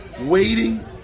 waiting